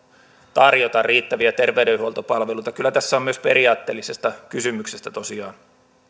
tarjota riittäviä terveydenhuoltopalveluita kyllä tässä on myös periaatteellisesta kysymyksestä tosiaan